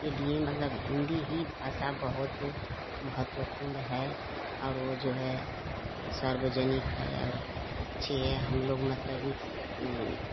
के लिए मतलब हिंदी ही भाषा बहुत महत्वपूर्ण है और वो जो है सार्वजनिक है और अच्छी है हम लोग मतलबी